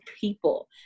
people